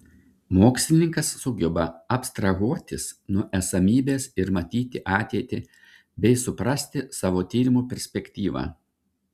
mokslininkas sugeba abstrahuotis nuo esamybės ir matyti ateitį bei suprasti savo tyrimų perspektyvą